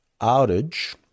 outage